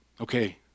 okay